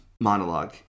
monologue